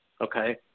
Okay